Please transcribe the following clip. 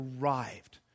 arrived